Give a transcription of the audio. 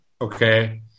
Okay